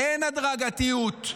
אין הדרגתיות.